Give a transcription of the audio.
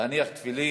להניח תפילין,